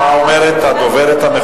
מה אומרת הדוברת המכובדת?